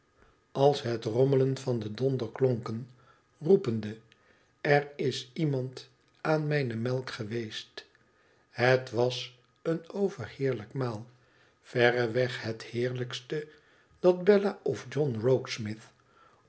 als het rommelen van den donder klonken roepende er is iemand aan mijne melk geweest het was een overheerlijk maal verreweg het heerlijkste dat bella of john